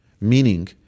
Meaning